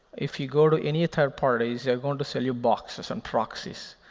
if you go to any third parties, they are going to sell you boxes and proxies.